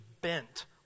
bent